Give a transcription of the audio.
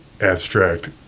abstract